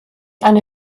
eine